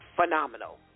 phenomenal